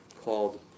called